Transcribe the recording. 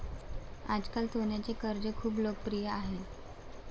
आजकाल सोन्याचे कर्ज खूप लोकप्रिय आहे